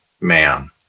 man